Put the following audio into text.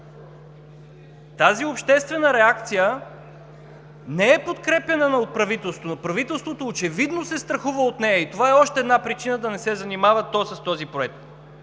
Тази обществена реакция не е подкрепяна от правителството. То очевидно се страхува от нея и е още една причина да не се занимава с този проект.